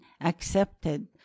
accepted